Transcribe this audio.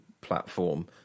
platform